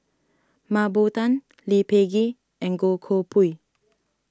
Mah Bow Tan Lee Peh Gee and Goh Koh Pui